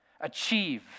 achieve